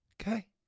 Okay